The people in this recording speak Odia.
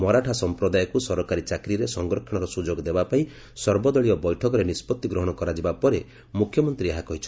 ମରାଠା ସଂପ୍ରଦାୟକୁ ସରକାରୀ ଚାକିରିରେ ସଂରକ୍ଷଣର ସୁଯୋଗ ଦେବା ପାଇଁ ସର୍ବଦଳୀୟ ବୈଠକରେ ନିଷ୍ପଭି ଗ୍ରହଣ କରାଯିବା ପରେ ମୁଖ୍ୟମନ୍ତ୍ରୀ ଏହା କହିଛନ୍ତି